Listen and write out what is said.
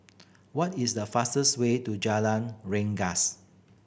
what is the fastest way to Jalan Rengas